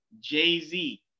Jay-Z